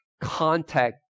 contact